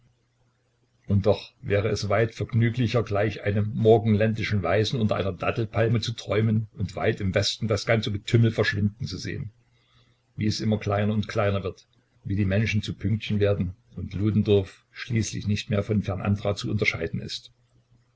und doch wäre es weit vergnüglicher gleich einem morgenländischen weisen unter einer dattelpalme zu träumen und weit im westen das ganze getümmel verschwinden zu sehen wie es immer kleiner und kleiner wird wie die menschen zu pünktchen werden und ludendorff schließlich nicht mehr von fern andra zu unterscheiden ist